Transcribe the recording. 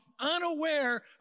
unaware